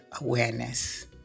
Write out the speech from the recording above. awareness